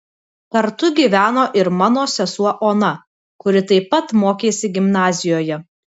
kartu gyveno ir mano sesuo ona kuri taip pat mokėsi gimnazijoje